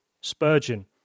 Spurgeon